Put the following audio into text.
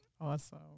Awesome